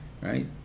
right